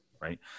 Right